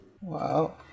Wow